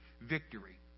victory